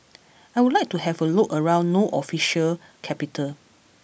I would like to have a look around no official capital